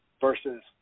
Versus